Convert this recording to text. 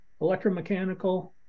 electromechanical